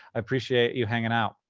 i appreciate you hanging out.